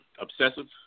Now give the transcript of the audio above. obsessive